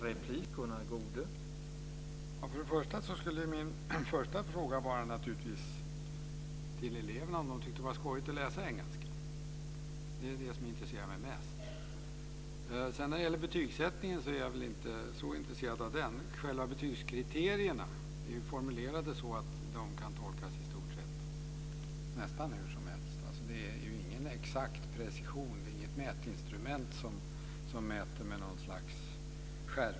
Herr talman! Min första fråga till eleverna skulle naturligtvis vara om de tyckte att det var skojigt att läsa engelska. Det är det som intresserar mig mest. När det gäller betygsättningen är jag inte så intresserad av den. Själva betygskriterierna är formulerade så att de kan tolkas nästan hur som helst. Det är ingen exakt precision, inget mätinstrument som mäter med skärpa.